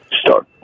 Start